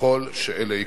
ככל שאלה יקרו."